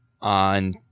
on